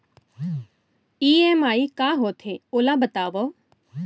EMI का होथे, ओला बतावव